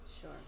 Sure